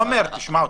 תומר, תשמע אותי.